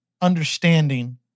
understanding